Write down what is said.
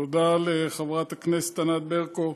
תודה לחברת הכנסת ענת ברקו.